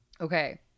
Okay